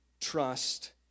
trust